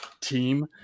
team